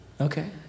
Okay